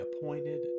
appointed